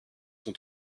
son